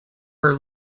her